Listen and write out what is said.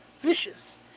vicious